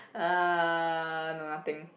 uh no nothing